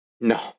No